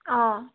অঁ